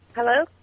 Hello